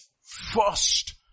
first